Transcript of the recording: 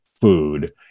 food